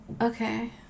Okay